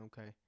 Okay